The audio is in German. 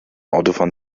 autofahren